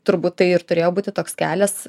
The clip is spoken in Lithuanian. turbūt tai ir turėjo būti toks kelias